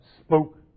spoke